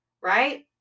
Right